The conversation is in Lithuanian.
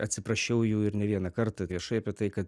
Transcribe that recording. atsiprašiau jų ir ne vieną kartą viešai apie tai kad